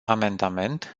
amendament